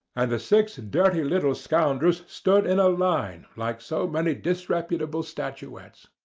and the six dirty little scoundrels stood in a line like so many disreputable statuettes.